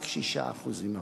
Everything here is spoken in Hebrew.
רק 6% עברו.